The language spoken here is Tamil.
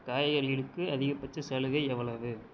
காய்கறிகளுக்கு அதிகபட்ச சலுகை எவ்வளவு